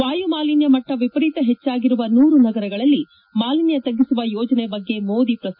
ವಾಯುಮಾಲಿನ್ನ ಮಟ್ಟ ವಿಪರೀತ ಹೆಚ್ಚಾಗಿರುವ ನೂರು ನಗರಗಳಲ್ಲಿ ಮಾಲಿನ್ನ ತಗ್ಗಿಸುವ ಯೋಜನೆ ಬಗ್ಗೆ ಮೋದಿ ಪ್ರಸ್ತಾಪಿಸಿದರು